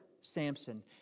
Samson